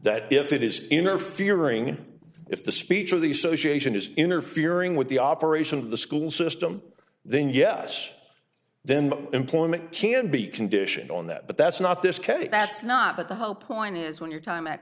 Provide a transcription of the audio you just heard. that if it is interfering if the speech or the association is interfering with the operation of the school system then yes then the employment can be conditioned on that but that's not this case that's not but the whole point is when your time at